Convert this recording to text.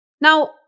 Now